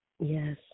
Yes